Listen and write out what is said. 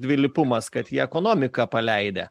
dvilypumas kad jie ekonomiką paleidę